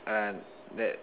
uh that